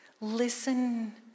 Listen